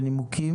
למנכ"לית,